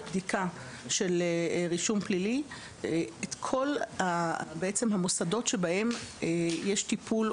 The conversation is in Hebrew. בדיקה של רישום פלילי את כל המוסדות שיש בהם טיפול,